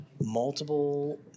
multiple